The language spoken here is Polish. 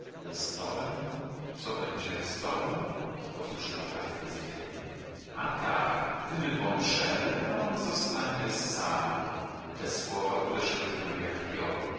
tomem co będzie z tomem powtórzyła prawie bezwiednie a tak gdy my pomrzemy a on zostanie sam te słowa uderzyły w nią jak piorun